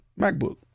MacBook